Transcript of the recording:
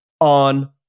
on